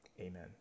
Amen